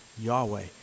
Yahweh